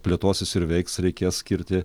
plėtosis ir veiks reikės skirti